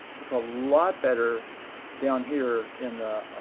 it's a lot better down here in the